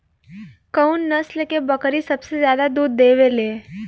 कउन नस्ल के बकरी सबसे ज्यादा दूध देवे लें?